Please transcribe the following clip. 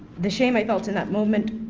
the shame i felt in that moment